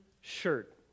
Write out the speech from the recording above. shirt